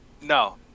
No